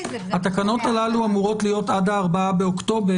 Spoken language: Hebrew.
התקנות הללו אמורות להיות עד 4 באוקטובר,